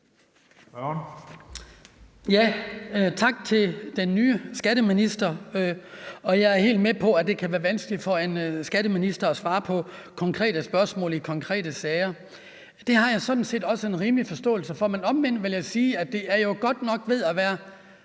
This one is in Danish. Tak til den nye skatteminister. Jeg er helt med på, at det kan være vanskeligt for en skatteminister at svare på konkrete spørgsmål i konkrete sager. Det har jeg sådan set også en rimelig forståelse for. Men omvendt vil jeg sige, at det jo godt nok er ved at være